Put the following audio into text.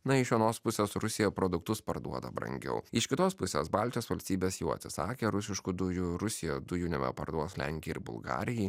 na iš vienos pusės rusija produktus parduoda brangiau iš kitos pusės baltijos valstybės jau atsisakė rusiškų dujų rusija dujų nebeparduos lenkijai ir bulgarijai